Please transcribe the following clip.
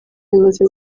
bimaze